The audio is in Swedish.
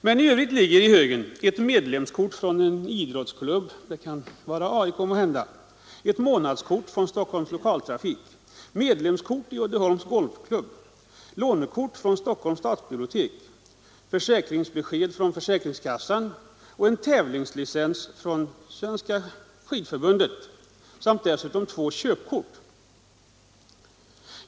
Men i övrigt ligger i högen ett medlemskort från en idrottsklubb — det kan måhända vara AIK — och ett månadskort från Storstockholms Lokaltrafik, medlemskort i Uddeholms Golfklubb, lånekort från Stockholms stadsbibliotek, försäkringsbesked från försäkringskassan, en tävlingslicens från Svenska skidförbundet samt två köpkort.